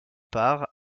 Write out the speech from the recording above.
part